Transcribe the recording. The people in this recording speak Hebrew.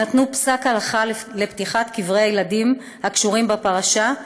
הם נתנו פסק הלכה לפתיחת קברי הילדים הקשורים לפרשה,